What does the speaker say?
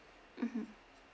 mmhmm